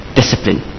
discipline